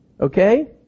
Okay